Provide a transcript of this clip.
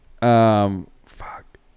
fuck